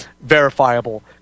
verifiable